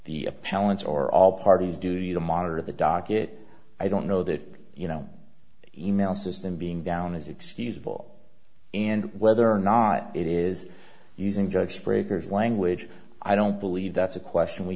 appellant's or all parties duty to monitor the docket i don't know that you know email system being down is excusable and whether or not it is using judge breakers language i don't believe that's a question we